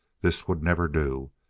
this would never do!